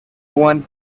one